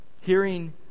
hearing